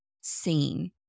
seen